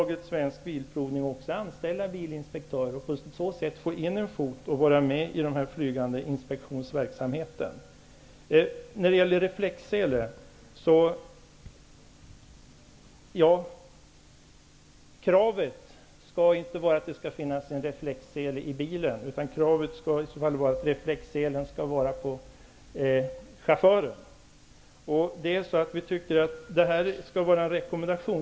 AB Svensk Bilprovning kan också anställa bilinspektörer för att på så sätt få in en fot för att kunna vara med vid den flygande inspektionsverksamheten. Kravet på reflexsele skall inte gälla att reflexselen endast skall medföras i bilen, utan att reflexselen skall sitta på chauffören. Vi tycker att det skall vara en rekommendation.